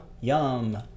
Yum